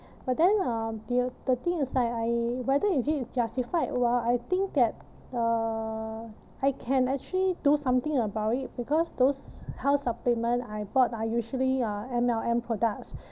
but then uh the uh the thing is like I whether is it justified well I think that uh I can actually do something about it because those health supplement I bought are usually uh M_L_M products